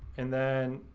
and then